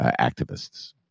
activists